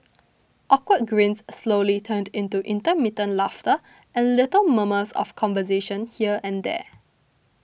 awkward grins slowly turned into intermittent laughter and little murmurs of conversation here and there